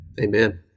Amen